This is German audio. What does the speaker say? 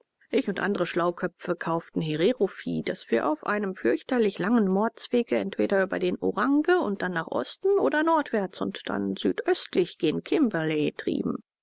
ich und andere schlauköpfe kauften hererovieh das wir auf einem fürchterlich langen mordswege entweder über den orange und dann nach osten oder nordwärts und dann südöstlich gen kimberley trieben